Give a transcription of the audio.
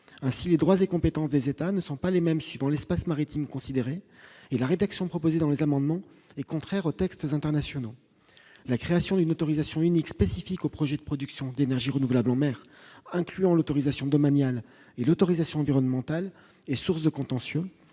ainsi les droits des compétences des états ne sont pas les mêmes suivant l'espace maritime considéré et la rédaction proposée dans les amendements et contraire aux textes internationaux, la création d'une autorisation unique spécifique au projet de production d'énergie renouvelable en mer, incluant l'autorisation domaniales et l'autorisation environnementale est source de contentieux,